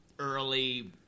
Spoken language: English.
early